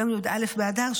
יום י"א באדר,